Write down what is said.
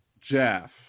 Jeff